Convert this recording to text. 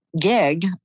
gig